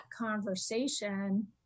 conversation